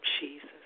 Jesus